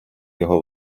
його